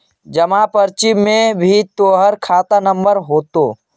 जमा पर्ची में भी तोहर खाता नंबर होतो